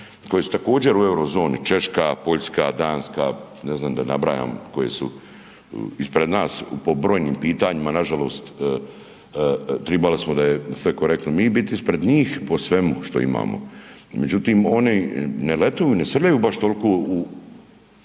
koje su također u euro zoni Češka, Poljska, Danska, ne znam da ne nabrajam koje su ispred nas po brojnim pitanjima nažalost tribali smo da je sve korektno mi biti ispred njih po svemu što imamo. Međutim, oni ne letu, ne srljaju baš toliko u